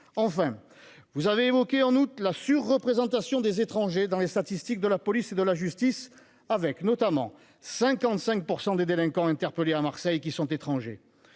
enfin vous avez évoqué en août, la représentation des étrangers dans les statistiques de la police et de la justice, avec notamment 55 pour 100 des délinquants interpellés à Marseille qui sont étrangers,